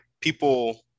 people